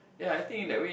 like